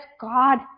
God